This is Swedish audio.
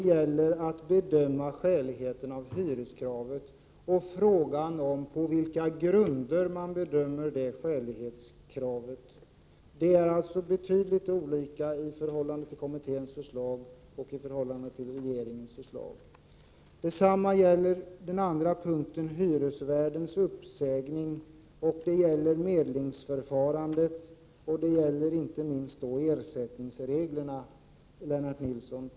Det gäller bedömningen av skäligheten i hyreskravet och på vilka grunder man bedömer detta. Där föreligger betydande skillnader mellan lokalhyreskommitténs förslag och regeringens förslag. Detsamma gäller hyresvärdens uppsägning, medlingsförfarandet och inte minst ersättningsreglerna.